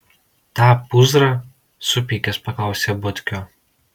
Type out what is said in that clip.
tą pūzrą supykęs paklausė butkio